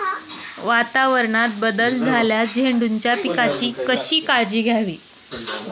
वातावरणात बदल झाल्यास झेंडूच्या पिकाची कशी काळजी घ्यावी?